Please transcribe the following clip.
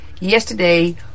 yesterday